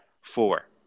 four